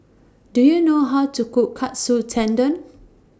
Do YOU know How to Cook Katsu Tendon